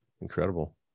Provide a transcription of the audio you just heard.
incredible